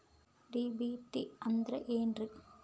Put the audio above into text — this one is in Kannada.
ಡಿ.ಬಿ.ಟಿ ಅಂದ್ರ ಏನ್ರಿ?